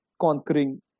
conquering